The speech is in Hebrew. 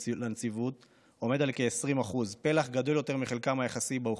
לנציבות עומד על כ-20% פלח גדול יותר מחלקם היחסי באוכלוסייה.